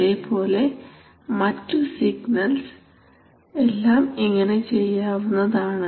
അതേപോലെ മറ്റു സിഗ്നൽസ് എല്ലാം ഇങ്ങനെ ചെയ്യാവുന്നതാണ്